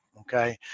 okay